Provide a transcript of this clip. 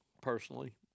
personally